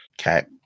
Okay